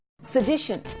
Sedition